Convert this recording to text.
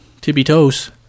tippy-toes